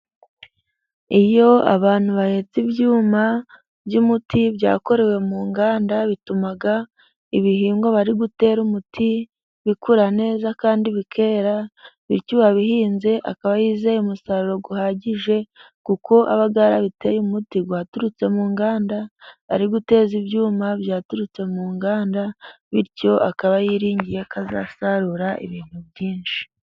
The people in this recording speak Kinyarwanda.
Iyo abantu bahetse ibyuma by'umuti byakorewe mu nganda bituma ibihingwa bari gutera umuti bikura neza kandi bikera, bityo uwabihinze akaba yizeye umusaruro uhagije kuko aba yarabiteye umuti uturutse mu nganda, ari guteza ibyuma byaturutse mu nganda, bityo akaba yiringiye ko azasarura ibintu byinshi.